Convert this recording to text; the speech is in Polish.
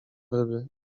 ryby